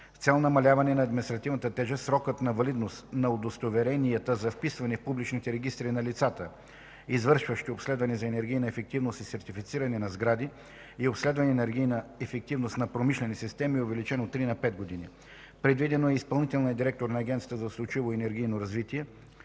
цел намаляване на административната тежест, срокът на валидност на удостоверенията за вписване в публичните регистри на лицата, извършващи обследване за енергийна ефективност и сертифициране на сгради и обследване за енергийна ефективност на промишлени системи, е увеличен от 3 на 5 години. Предвидено е изпълнителният директор на Агенцията за устойчиво енергийно развитие